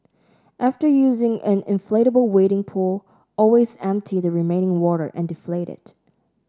after using an inflatable wading pool always empty the remaining water and deflate it